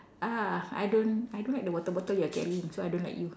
ah I don't I don't like the water bottle you're carrying so I don't like you